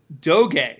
doge